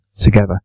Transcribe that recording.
together